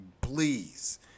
please